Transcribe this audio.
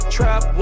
Trap